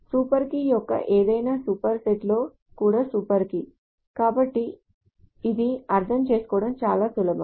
super key యొక్క ఏదైనా super set కూడా సూపర్ కీ కాబట్టి ఇది అర్థం చేసుకోవడం చాలా సులభం